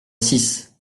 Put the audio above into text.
six